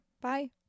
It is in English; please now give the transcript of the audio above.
Bye